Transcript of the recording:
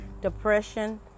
depression